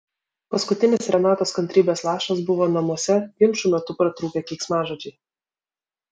paskutinis renatos kantrybės lašas buvo namuose ginčų metu pratrūkę keiksmažodžiai